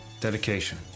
Dedication